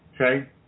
Okay